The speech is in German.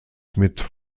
mit